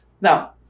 Now